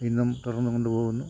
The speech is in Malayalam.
ഇന്നും തുടർന്ന് കൊണ്ട് പോകുന്നു